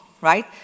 right